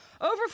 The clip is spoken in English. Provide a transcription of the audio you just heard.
over